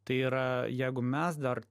tai yra jeigu mes dar